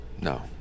No